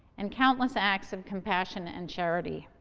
and countless acts of compassion and charity.